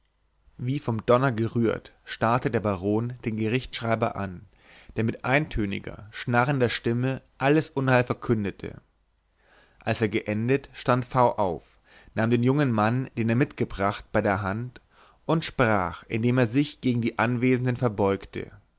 wie vom donner gerührt starrte der baron den gerichtsschreiber an der mit eintöniger schnarrender stimme alles unheil verkündete als er geendet stand v auf nahm den jungen menschen den er mitgebracht bei der hand und sprach indem er sich gegen die anwesenden verbeugte